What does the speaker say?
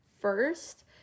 first